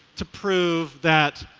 to prove that,